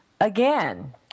again